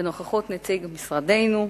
בנוכחות נציג משרדנו,